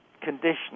condition